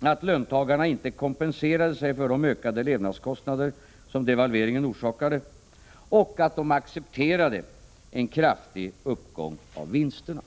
att löntagarna inte kompenserade sig för de ökade levnadskostnader som devalveringen orsakade och att de accepterade en kraftig uppgång av vinsterna.